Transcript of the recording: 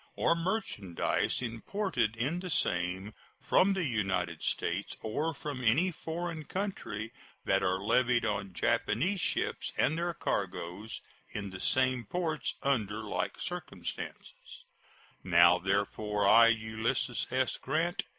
or merchandise imported in the same from the united states or from any foreign country than are levied on japanese ships and their cargoes in the same ports under like circumstances now, therefore, i, ulysses s. grant,